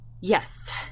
Yes